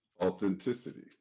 authenticity